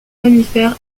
mammifère